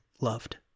loved